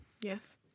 Yes